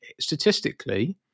statistically